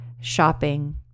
shopping